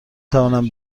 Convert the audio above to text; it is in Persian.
توانم